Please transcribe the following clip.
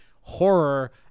horror